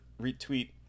retweet